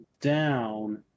down